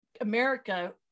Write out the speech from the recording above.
america